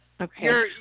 Okay